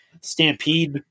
Stampede